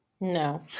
No